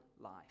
life